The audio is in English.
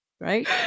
right